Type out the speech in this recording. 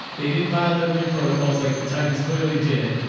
they didn't violate and any protocols. like the titans clearly did.